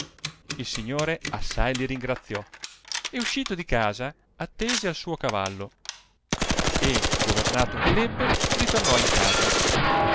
il signore assai li ringraziò e uscito di casa attese al suo cavallo e governato che r ebbe ritornò in casa